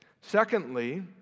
Secondly